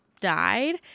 died